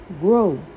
grow